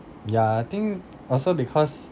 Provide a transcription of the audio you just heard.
ya I think also because